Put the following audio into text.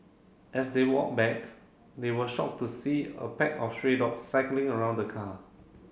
as they walked back they were shocked to see a pack of stray dog cycling around the car